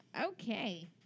Okay